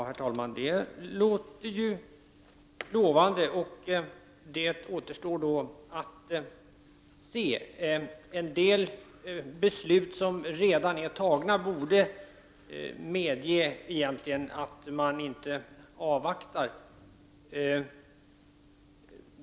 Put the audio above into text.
Herr talman! Det verkar lovande. Men det återstår att se hur det blir. En del beslut som redan har fattats borde kunna föranleda att man inte avvaktar.